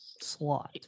slot